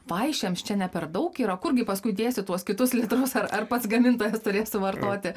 vaišėms čia ne per daug yra kurgi paskui dėsi tuos kitus litrus ar ar pats gamintojas turės suvartoti